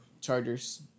Chargers